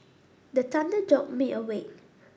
the thunder jolt me awake